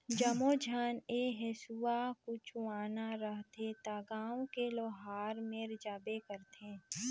जम्मो झन ह हेसुआ कुचवाना रहथे त गांव के लोहार मेर जाबे करथे